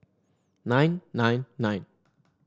nine nine nine